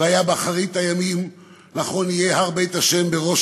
"והיה באחרית הימים נכון יהיה הר בית ה' בראש